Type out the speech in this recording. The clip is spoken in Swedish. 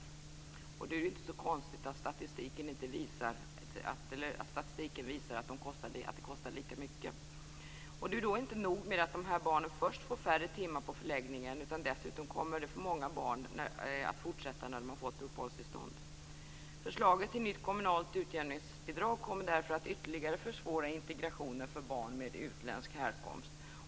Då är det ju inte så konstigt att statistiken visar att det kostar lika mycket. Det är inte nog med att dessa barn först får färre timmar på förläggningen, utan dessutom kommer detta att fortsätta för många barn när de har fått uppehållstillstånd. Förslaget till nytt kommunalt utjämningsbidrag kommer därför att ytterligare försvåra integrationen för barn med utländsk härkomst.